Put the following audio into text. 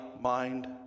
mind